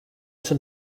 some